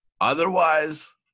Otherwise